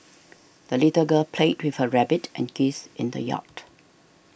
the little girl played with her rabbit and geese in the yard